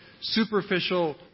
superficial